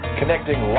connecting